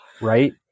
Right